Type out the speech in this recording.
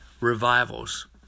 revivals